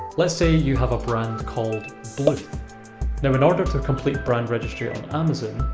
let's say you have a brand called bluth now, in order to complete brand registry on amazon,